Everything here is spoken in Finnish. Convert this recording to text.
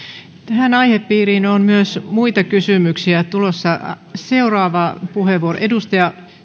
tähän aihepiiriin on myös muita kysymyksiä tulossa seuraava puheenvuoro edustaja